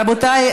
רבותיי,